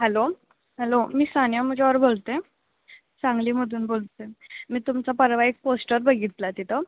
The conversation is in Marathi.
हॅलो हॅलो मी सानिया मुजावर बोलते सांगलीमधून बोलते मी तुमचा परवा एक पोस्टर बघितला तिथं